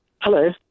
Hello